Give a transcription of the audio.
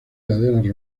laderas